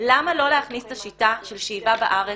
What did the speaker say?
למה לא להכניס את השיטה של שאיבה בארץ